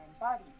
body